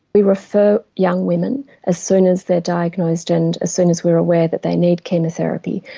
we refer young women as soon as they're diagnosed and as soon as we are aware that they need chemotherapy.